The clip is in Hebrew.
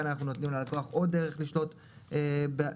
כאן אנחנו נותנים ללקוח עוד דרך לשלוט במתן